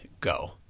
go